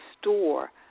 store